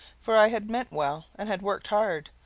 for i had meant well and had worked hard.